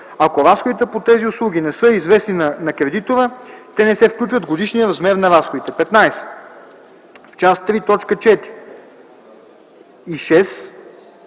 Ако разходите по тези услуги не са известни на кредитора, те не се включват в годишния размер на разходите. 15. В част ІІІ, т.